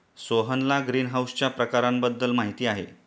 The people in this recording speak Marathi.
सोहनला ग्रीनहाऊसच्या प्रकारांबद्दल माहिती आहे